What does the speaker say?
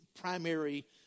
primary